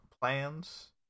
plans